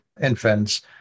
infants